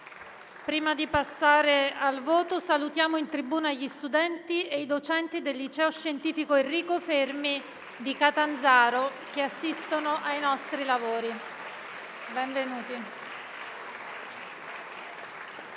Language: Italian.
nuova finestra"). Salutiamo in tribuna gli studenti e i docenti del Liceo scientifico «Enrico Fermi» di Catanzaro che assistono ai nostri lavori. Benvenuti.